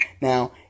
Now